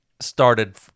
started